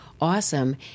Awesome